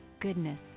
goodness